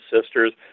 sisters